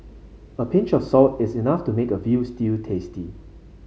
a pinch of salt is enough to make a veal stew tasty